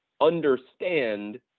understand